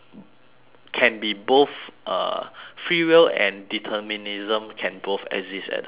can be both uh free will and determinism can both exist at the same time